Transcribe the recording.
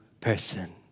person